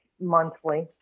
monthly